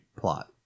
plot